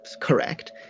correct